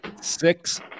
six